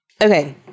Okay